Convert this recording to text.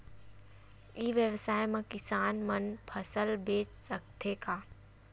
ई व्यवसाय म किसान मन फसल बेच सकथे का?